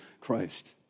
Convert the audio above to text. Christ